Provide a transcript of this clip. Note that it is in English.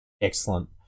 Excellent